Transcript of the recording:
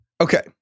Okay